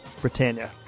Britannia